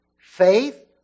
Faith